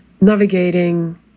navigating